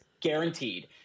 guaranteed